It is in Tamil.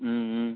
ம்ம்